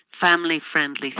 family-friendly